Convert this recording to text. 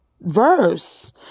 Verse